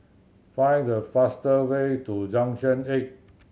find the faster way to Junction Eight